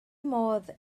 modd